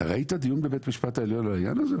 אתה ראית דיון בבית המשפט העליון על העניין הזה?